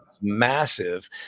massive